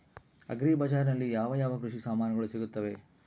Agri ಬಜಾರಿನಲ್ಲಿ ಯಾವ ಯಾವ ಕೃಷಿಯ ಸಾಮಾನುಗಳು ಸಿಗುತ್ತವೆ?